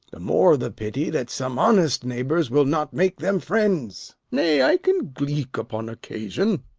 the more the pity that some honest neighbours will not make them friends. nay, i can gleek upon occasion.